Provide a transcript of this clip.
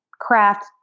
craft